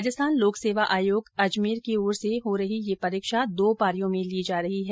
राजस्थान लोक सेवा आयोग अजमेर की ओर र्स आयोजित यह परीक्षा दो पारियों में ली जा रही है